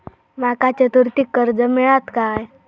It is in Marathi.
माका चतुर्थीक कर्ज मेळात काय?